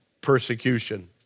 persecution